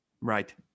Right